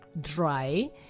dry